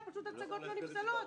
פשוט הצגות לא נפסלות.